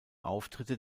auftritte